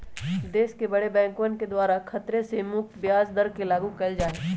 देश के बडे बैंकवन के द्वारा खतरे से मुक्त ब्याज दर के लागू कइल जा हई